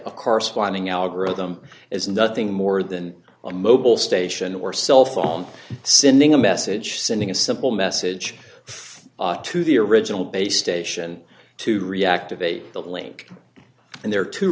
a corresponding algorithm is nothing more than a mobile station or cell phone sinning a message sending a simple message to the original base station to reactivate the link and there are two